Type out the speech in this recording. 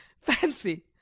Fancy